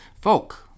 folk